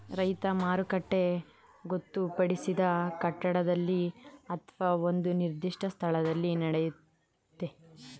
ರೈತ ಮಾರುಕಟ್ಟೆ ಗೊತ್ತುಪಡಿಸಿದ ಕಟ್ಟಡದಲ್ಲಿ ಅತ್ವ ಒಂದು ನಿರ್ದಿಷ್ಟ ಸ್ಥಳದಲ್ಲಿ ನಡೆಯುತ್ತೆ